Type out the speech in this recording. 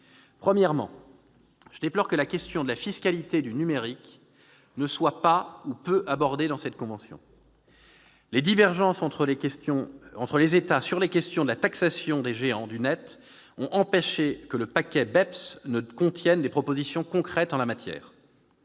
Premièrement, je déplore que la question de la fiscalité du numérique ne soit pas ou soit peu abordée dans cette convention. Les divergences entre les États sur la question de la taxation des géants du net ont empêché que le « paquet BEPS » ne contienne des propositions concrètes en la matière.